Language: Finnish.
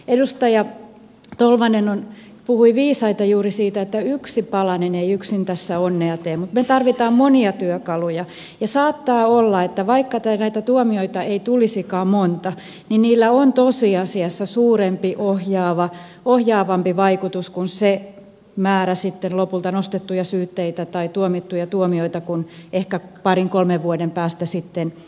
edustaja tolvanen puhui viisaita juuri siitä että yksi palanen ei yksin tässä onnea tee mutta me tarvitsemme monia työkaluja ja saattaa olla että vaikka näitä tuomioita ei tulisikaan monta niin niillä on tosiasiassa suurempi ohjaavampi vaikutus kuin mikä on se määrä sitten lopulta nostettuja syytteitä tai tuomittuja tuomioita joka ehkä parin kolmen vuoden päästä nähdään